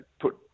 put